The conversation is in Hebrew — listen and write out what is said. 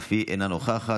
אף היא אינה נוכחת,